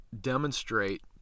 demonstrate